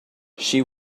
she